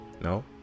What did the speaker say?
No